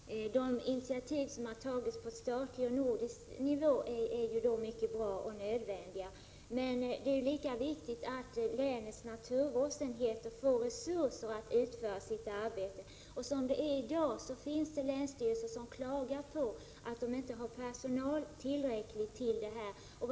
Fru talman! De initiativ som har tagits på svensk statlig och på nordisk nivå är mycket bra och nödvändiga. Men det är lika viktigt att länens naturvårdsenheter får resurser för att kunna utföra sitt arbete — i dag klagar en del länsstyrelser över att de inte har tillräckligt med personal.